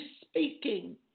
speaking